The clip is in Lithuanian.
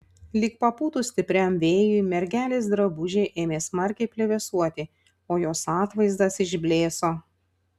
lyg papūtus stipriam vėjui mergelės drabužiai ėmė smarkiai plevėsuoti o jos atvaizdas išblėso